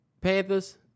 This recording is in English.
Panthers